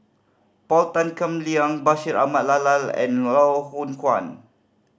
Paul Tan Kim Liang Bashir Ahmad and Loh Hoong Kwan